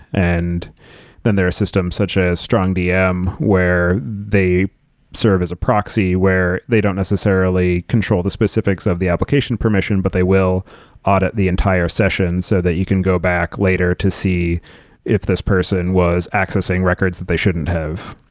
and then there are systems such as strongdm, where they serve as a proxy where they don't necessarily control the specifics of the application permission, but they will audit the entire session so that you can go back later to see if this person was accessing records that they shouldn't have.